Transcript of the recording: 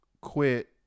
quit